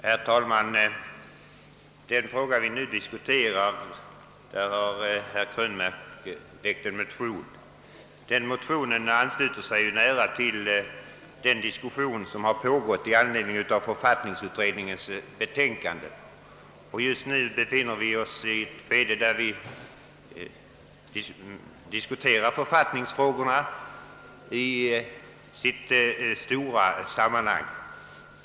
Herr talman! I den fråga vi nu diskuterar har herr Krönmark väckt en motion, som nära ansluter sig till den diskussion som har pågått i anledning av författningsutredningens betänkande. Just nu befinner vi oss i ett skede där vi diskuterar författningsfrågorna i deras stora sammanhang.